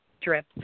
drip